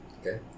Okay